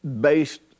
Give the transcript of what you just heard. based